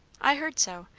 i heard so.